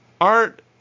art